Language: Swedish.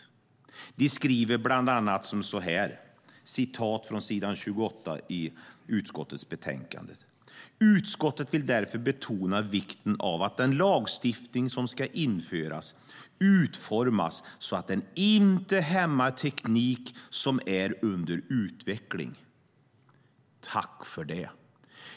De skriver bland annat så här på s. 28 i utskottets betänkande: "Utskottet vill därför betona vikten av att den lagstiftning som ska införas utformas så att den inte hämmar teknik som är under utveckling." Tack för det!